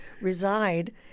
reside